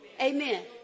Amen